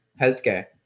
healthcare